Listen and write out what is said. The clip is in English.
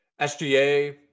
SGA